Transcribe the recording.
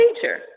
teacher